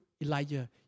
Elijah